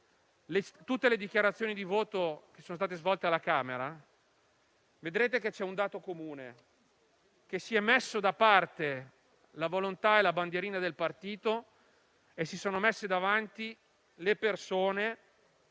tutte le dichiarazioni di voto che sono state svolte alla Camera, avrete visto che c'è un dato comune: si sono messe da parte la volontà e la bandierina del partito e si sono messe davanti le persone